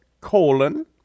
colon